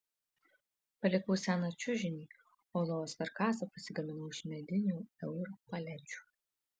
palikau seną čiužinį o lovos karkasą pasigaminau iš medinių eur palečių